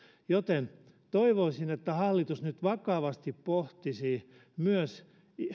toivoisin että hallitus nyt vakavasti pohtisi myös